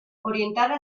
orientada